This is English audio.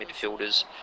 midfielders